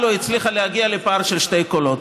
היא לא הצליחה להגיע לפער של שני קולות.